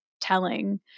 telling